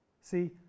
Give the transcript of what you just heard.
see